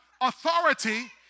authority